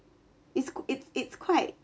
is is is quite